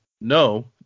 no